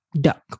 duck